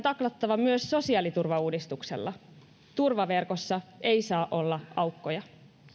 taklattava myös sosiaaliturvauudistuksella turvaverkossa ei saa olla aukkoja